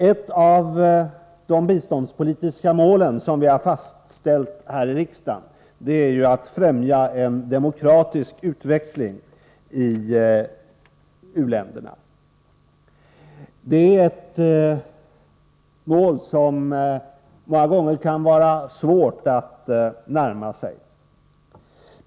Ett av de biståndspolitiska mål som vi har fastställt här i riksdagen är ju att främja en demokratisk utveckling i u-länderna. Det är ett mål som det många gånger kan vara svårt att närma sig.